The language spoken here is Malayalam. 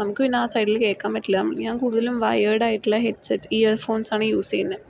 നമുക്ക് പിന്നെ ആ സൈഡിൽ കേൾക്കാൻ പറ്റില്ല ഞാൻ കൂടുതലും വയേർഡ് ആയിട്ടുള്ള ഹെഡ് സെറ്റ് ഇയർ ഫോൺസ് ആണ് യൂസ് ചെയ്യുന്നത്